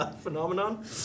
phenomenon